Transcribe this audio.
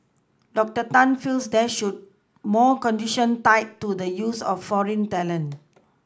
doctor Tan feels there should more conditions tied to the use of foreign talent